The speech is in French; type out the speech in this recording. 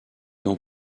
dans